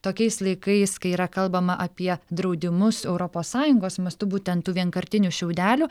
tokiais laikais kai yra kalbama apie draudimus europos sąjungos mastu būtent vienkartinių šiaudelių